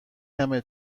کمه